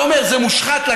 אתה אומר, זה מושחת.